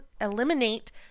eliminate